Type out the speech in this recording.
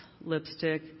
lipstick